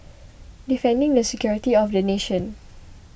defending the security of the nation